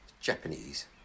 Japanese